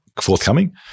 forthcoming